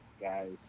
guys